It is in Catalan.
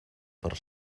per